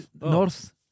north